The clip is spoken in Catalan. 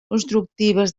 constructives